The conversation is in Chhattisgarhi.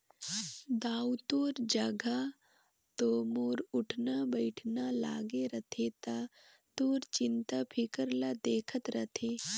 दाऊ तोर जघा तो मोर उठना बइठना लागे रथे त तोर चिंता फिकर ल देखत रथें